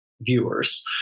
viewers